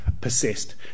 persist